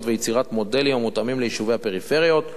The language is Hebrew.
ויצירת מודלים המותאמים ליישובי הפריפריות,